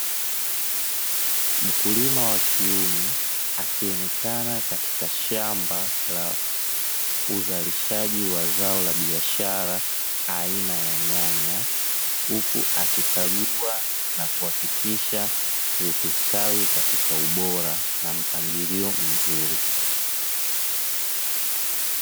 Mkulima wa kiume akionekana katika shamba, la uzalishaji wa zao la biashara aina ya nyanya, huku akikagua na kuhakikisha zikistawi katika ubora na mpangilio mzuri.